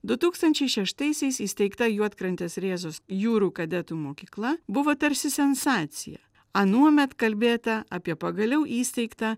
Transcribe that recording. du tūkstančiai šeštaisiais įsteigta juodkrantės rėzos jūrų kadetų mokykla buvo tarsi sensacija anuomet kalbėta apie pagaliau įsteigtą